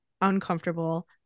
uncomfortable